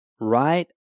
right